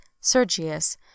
Sergius